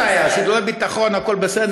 אין בעיה, סידורי ביטחון, הכול בסדר.